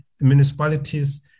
municipalities